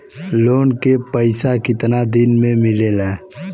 Loan के पैसा कितना दिन मे मिलेला?